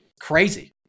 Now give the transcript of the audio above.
crazy